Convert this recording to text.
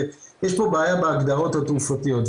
יש פה בעיה בהגדרות התעופתיות.